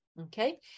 okay